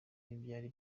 n’ibyari